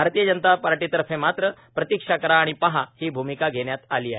भारतीय जनता पार्टीतर्फे मात्र प्रतिक्षा करा आणि पहा ही भूमिका घेण्यात आली आहे